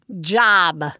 job